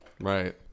Right